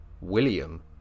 William